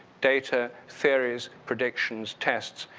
data, theories, predictions, tests.